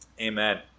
Amen